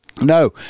No